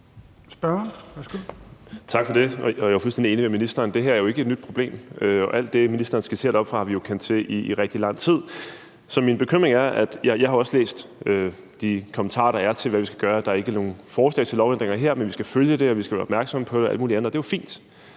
Tak for det. Jeg er jo fuldstændig enig med ministeren i, at det her ikke er et nyt problem, og alt det, ministeren skitserer deroppefra, har vi jo kendt til i rigtig lang tid. Jeg har også læst de kommentarer, der er, til, hvad vi skal gøre. Der er ikke nogen forslag til lovændringer her, men vi skal følge det, og vi skal være opmærksomme på det og alt muligt andet, siger man.